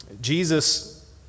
Jesus